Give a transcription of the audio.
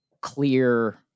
clear